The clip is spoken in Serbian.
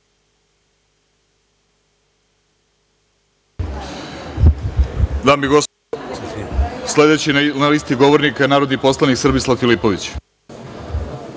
sledeći na listi govornika je narodni poslanik Srbislav Filipović.